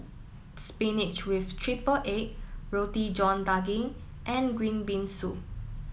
Spinach with Triple Egg Roti John Daging and Green Bean Soup